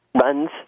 runs